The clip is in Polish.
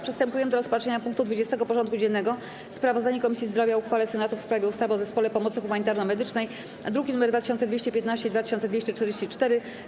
Przystępujemy do rozpatrzenia punktu 20. porządku dziennego: Sprawozdanie Komisji Zdrowia o uchwale Senatu w sprawie ustawy o Zespole Pomocy Humanitarno-Medycznej (druki nr 2215 i 2244)